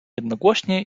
jednogłośnie